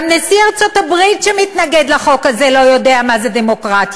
גם נשיא ארצות-הברית שמתנגד לחוק הזה לא יודע מה זו דמוקרטיה,